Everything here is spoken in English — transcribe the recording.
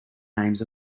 names